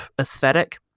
aesthetic